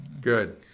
good